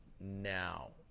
Now